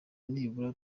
nibura